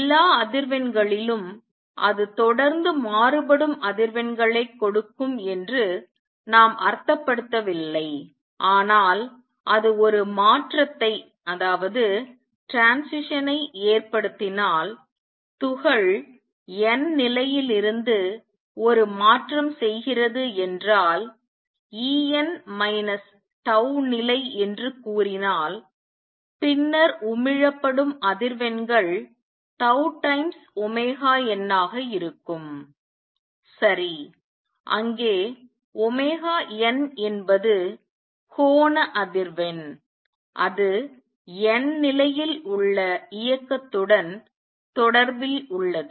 எல்லா அதிர்வெண்களிலும் அது தொடர்ந்து மாறுபடும் அதிர்வெண்களை கொடுக்கும் என்று நாம் அர்த்தப்படுத்தவில்லை ஆனால் அது ஒரு மாற்றத்தை ஏற்படுத்தினால் துகள் n நிலையிலிருந்து ஒரு மாற்றம் செய்கிறது என்றால் E n மைனஸ் tau நிலை என்று கூறினால் பின்னர் உமிழப்படும் அதிர்வெண்கள் tau டைம்ஸ் ஒமேகா n ஆக இருக்கும் சரி அங்கே ஒமேகா n என்பது கோண அதிர்வெண் அது n நிலையில் உள்ள இயக்கத்துடன் தொடர்பில் உள்ளது